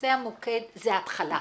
נושא המוקד זו התחלה,